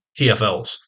TFLs